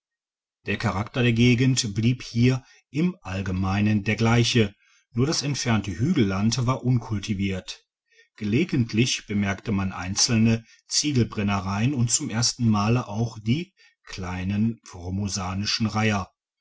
der charakter der gegend blieb hier im allgemeinen der gleiche nur das entfernte hügelland war unkultiviert gelegentlich bemerkte man einzelne ziegelbrennereien und zum ersten male auch die kleinen formosanischen reiher